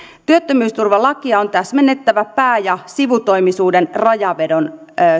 työttömyysturvalakia on täsmennettävä pää ja sivutoimisuuden rajanvedon